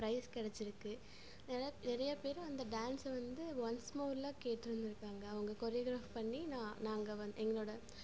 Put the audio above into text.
price கிடைச்சிருக்கு அதனால நிறையா பேர் அந்த டான்ஸை வந்து ஒன்ஸ் மோர்லாம் கேட்டுருந்துருக்காங்க அவங்க கோரியோகிராஃப் பண்ணி நான் நாங்க வ எங்களோடய